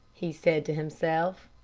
he said to himself.